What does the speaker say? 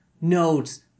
notes